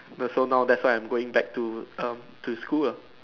but so now that's why I'm going back to um to school ah